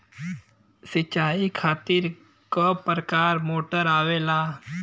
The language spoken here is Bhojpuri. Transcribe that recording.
सिचाई खातीर क प्रकार मोटर आवेला?